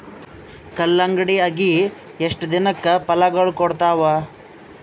ಕಲ್ಲಂಗಡಿ ಅಗಿ ಎಷ್ಟ ದಿನಕ ಫಲಾಗೋಳ ಕೊಡತಾವ?